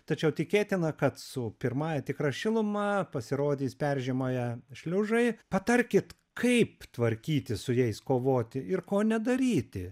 tačiau tikėtina kad su pirmąja tikra šiluma pasirodys peržiemoję šliužai patarkit kaip tvarkytis su jais kovoti ir ko nedaryti